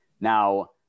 Now